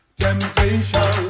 temptation